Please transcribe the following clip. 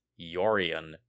Yorian